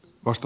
kiitos